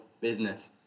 business